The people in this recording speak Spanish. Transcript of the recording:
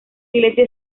iglesia